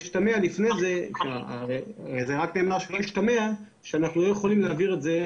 זה רק נאמר כדי שלא ישתמע שאנחנו לא יכולים להעביר את זה.